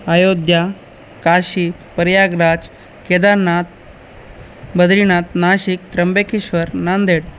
Ayodhya Kashi Prayagraj Kedarnath Badrinath Nashik Trimbakeshwar Nanded